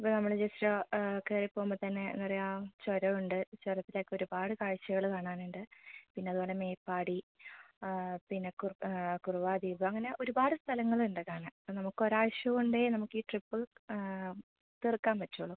ഇപ്പോൾ നമ്മൾ ജസ്റ്റ് കയറി പോവുമ്പോൾ തന്നെ എന്താണ് പറയാ ചുരം ഉണ്ട് ചുരത്തിൽ ഒക്കെ ഒരുപാട് കാഴ്ചകൾ കാണാൻ ഉണ്ട് പിന്നെ അതുപോലെ മേപ്പാടി പിന്നെ കുറുവാദ്വീപ് അങ്ങനെ ഒരുപാട് സ്ഥലങ്ങൾ ഉണ്ട് കാണാൻ നമുക്ക് ഒരാഴ്ച്ച കൊണ്ടേ നമുക്ക് ഈ ട്രിപ്പ് തീർക്കാൻ പറ്റൂള്ളൂ